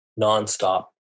nonstop